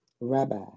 Rabbi